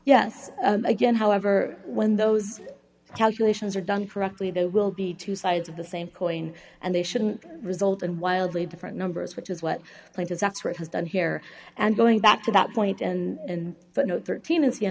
yes again however when those calculations are done correctly there will be two sides of the same coin and they shouldn't result and wildly different numbers which is what point is that's what has done here and going back to that point and but no thirteen is going